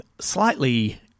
slightly